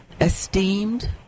esteemed